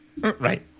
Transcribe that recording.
Right